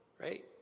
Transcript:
right